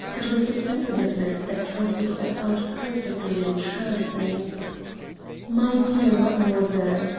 but with a sensitiveness that count victor found perfectly entrancing my dear mademoiselle,